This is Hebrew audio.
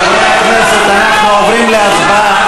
חברי הכנסת, אנחנו עוברים להצבעה.